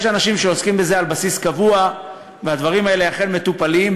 יש אנשים שעוסקים בזה על בסיס קבוע והדברים האלה אכן מטופלים.